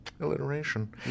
Alliteration